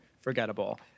forgettable